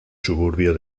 suburbio